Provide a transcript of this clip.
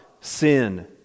sin